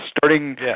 starting